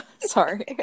sorry